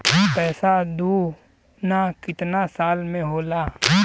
पैसा दूना कितना साल मे होला?